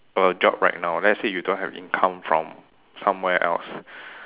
a job right now let's say you don't have income from somewhere else